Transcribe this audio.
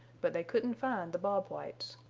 but they couldn't find the bob whites.